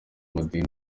madini